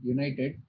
United